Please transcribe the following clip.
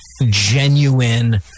genuine